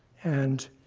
and